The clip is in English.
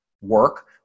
work